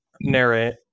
narrate